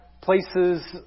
Places